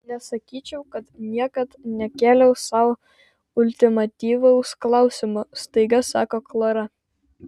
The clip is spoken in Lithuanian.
nesakyčiau kad niekad nekėliau sau ultimatyvaus klausimo staiga sako klara